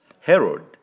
Herod